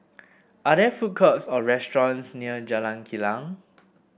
are there food courts or restaurants near Jalan Kilang